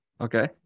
Okay